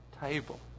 table